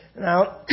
now